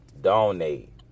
donate